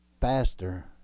faster